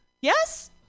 yes